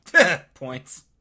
Points